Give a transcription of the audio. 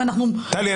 טלי,